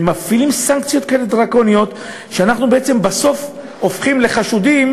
ומפעילים סנקציות כאלה דרקוניות שאנחנו בעצם בסוף הופכים לחשודים,